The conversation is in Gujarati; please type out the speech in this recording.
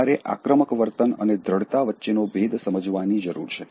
તમારે આક્રમક વર્તન અને દ્દઢતા વચ્ચેનો ભેદ સમજવાની જરૂર છે